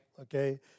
okay